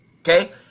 Okay